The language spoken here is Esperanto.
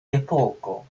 epoko